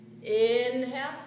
inhale